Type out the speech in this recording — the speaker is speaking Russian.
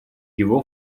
его